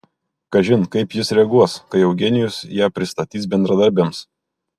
kažin kaip jis reaguos kai eugenijus ją pristatys bendradarbiams